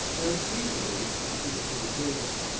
then hastily, retreated to the table,